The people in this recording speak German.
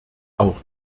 auch